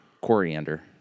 Coriander